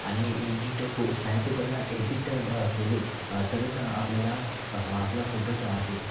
आणि एडिट फो छायाचित्राला एडिट केले तरच आपल्याला आपला फोटो जो आहे